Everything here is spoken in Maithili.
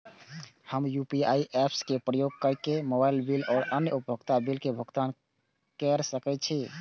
हम यू.पी.आई ऐप्स के उपयोग केर के मोबाइल बिल और अन्य उपयोगिता बिल के भुगतान केर सके छी